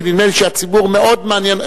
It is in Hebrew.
כי נדמה לי שהציבור מאוד מעוניין,